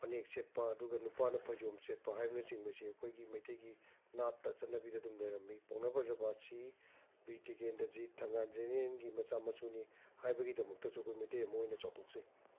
ꯐꯅꯦꯛ ꯁꯦꯠꯄ ꯑꯗꯨꯒ ꯅꯨꯄꯥꯅ ꯐꯩꯖꯣꯝ ꯁꯦꯠꯄ ꯍꯥꯏꯕꯅꯆꯤꯡꯕꯁꯤ ꯑꯩꯈꯣꯏꯒꯤ ꯃꯩꯇꯩꯒꯤ ꯅꯥꯠꯇ ꯆꯠꯅꯕꯤꯗ ꯑꯗꯨꯝ ꯂꯩꯔꯝꯃꯤ ꯄꯧꯅꯥ ꯕ꯭ꯔꯖꯕꯥꯁꯤ ꯕꯤꯔ ꯇꯤꯀꯦꯟꯗ꯭ꯔꯖꯤꯠ ꯊꯪꯒꯥꯜ ꯖꯦꯅꯦꯔꯦꯜꯒꯤ ꯃꯆꯥ ꯃꯁꯨꯅꯤ ꯍꯥꯏꯕꯒꯤꯗꯃꯛꯇꯁꯨ ꯑꯩꯈꯣꯏ ꯃꯩꯇꯩ ꯑꯃ ꯑꯣꯏꯅ ꯆꯥꯎꯊꯣꯛꯆꯩ